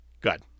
good